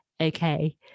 okay